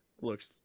looks